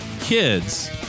kids